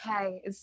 Okay